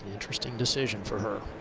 interesting decision for her.